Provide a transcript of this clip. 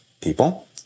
people